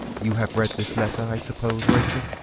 you have read this letter, i suppose, rachel?